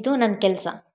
ಇದು ನನ್ನ ಕೆಲಸ